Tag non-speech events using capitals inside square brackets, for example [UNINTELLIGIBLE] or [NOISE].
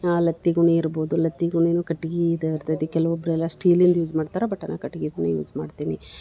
ಹಾಲತ್ತಿಗುಣಿ ಇರ್ಬೋದು ಲತ್ತಿ ಗುಣಿನೂ ಕಟ್ಗೆ ಇದು [UNINTELLIGIBLE] ಕೆಲ್ವೊಬ್ರು ಎಲ್ಲ ಸ್ಟೀಲಿಂದು ಯೂಸ್ ಮಾಡ್ತಾರೆ ಬಟ್ ನಾನು ಕಟ್ಗೆದ್ನ ಯೂಸ್ ಮಾಡ್ತೀನಿ